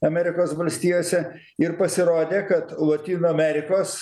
amerikos valstijose ir pasirodė kad lotynų amerikos